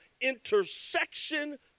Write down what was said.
intersection